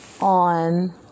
on